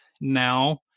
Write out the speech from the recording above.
now